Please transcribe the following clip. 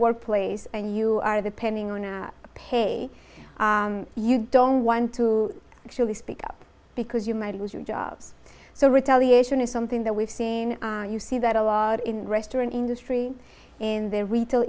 workplace and you are the pending on a pay you don't want to actually speak up because you might lose your jobs so retaliation is something that we've seen you see that a lot in the restaurant industry in the retail